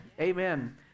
amen